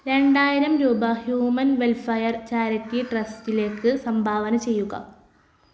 രണ്ടായിരം രൂപ human welfare charity ട്രസ്റ്റിലേക്ക് സംഭാവന ചെയ്യുക